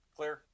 Clear